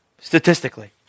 Statistically